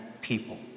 people